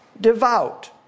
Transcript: devout